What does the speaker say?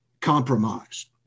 compromised